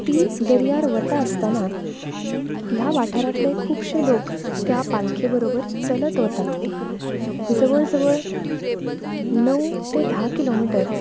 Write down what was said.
ती दर्यार वता आसतना ह्या वाठारांतले खुबशे लोक त्या पालखे बरोबर चलत वतात जवळ जवळ णव ते धा किलोमिटर